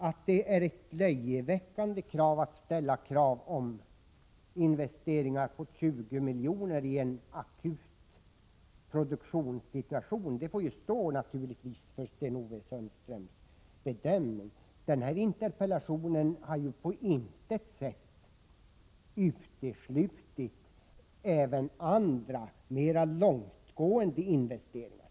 Att det är löjeväckande att kräva investeringar på 20 miljoner i en akut produktionssituation får naturligtvis stå för Sten-Ove Sundström. I interpellationen har jag på intet sätt uteslutit även andra, mer långtgående investeringar.